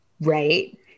Right